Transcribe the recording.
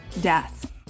death